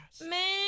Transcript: Man